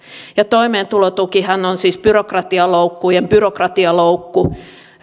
ja toimeentulotukihan on siis byrokratialoukkujen byrokratialoukku